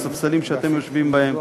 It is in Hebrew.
בספסלים שאתם יושבים בהם,